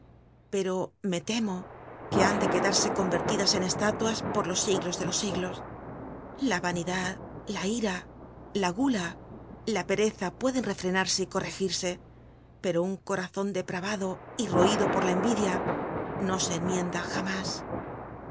pero me temo que han de quedarse cojwerlidas en esláluas por los siglos de los siglos la vanidad la ira la gula la pereza pueden refrenarse y corregirse pero un corazon depravado y roído por la enridia no se enmienda jamás